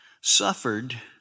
suffered